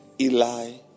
Eli